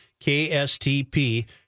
KSTP